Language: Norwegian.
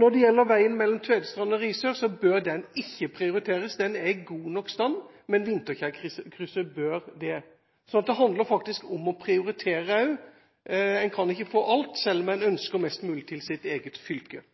Når det gjelder veien mellom Tvedestrand og Risør, bør ikke den prioriteres – den er i god nok stand, men Vinterkjærkrysset bør prioriteres. Det handler faktisk om å prioritere også. En kan ikke få alt, selv om en ønsker mest mulig til sitt eget fylke.